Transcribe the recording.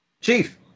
Chief